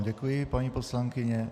Děkuji vám, paní poslankyně.